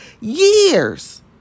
Years